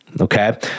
okay